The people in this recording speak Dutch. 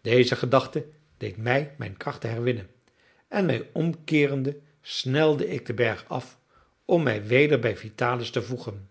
deze gedachte deed mij mijn krachten herwinnen en mij omkeerende snelde ik den berg af om mij weder bij vitalis te voegen